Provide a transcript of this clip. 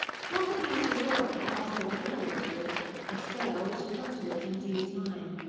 possibly mr. yorke had also another motive if so, we shall come to it in due time.